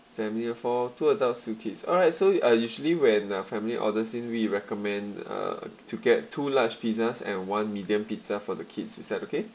family of four two adults two kids alright so uh usually when a family orders in we recommend uh to get two large pizzas and one medium pizza for the kids is that okay